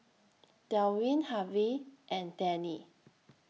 Delwin Harvey and Dannie